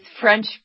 french